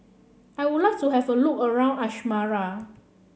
I would like to have a look around Asmara